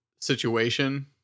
situation